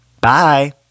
Bye